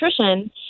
nutrition